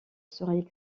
serait